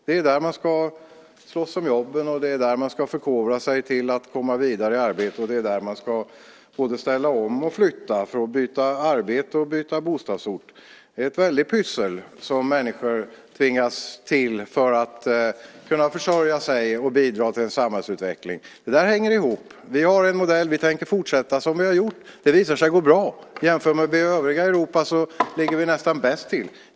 Det är där man ska slåss om jobben, det är där man ska förkovra sig för att komma vidare i sitt arbete och det är där man ska både ställa om och flytta för att byta arbete och byta bostadsort. Det är ett väldigt pyssel som människor tvingas till för att kunna försörja sig och bidra till samhällets utveckling. Det där hänger ihop. Vi har en modell. Vi tänker fortsätta som vi har gjort. Det visar sig gå bra. Jämför vi med övriga Europa ligger vi nästan bäst till.